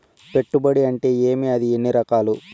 పెట్టుబడి అంటే ఏమి అది ఎన్ని రకాలు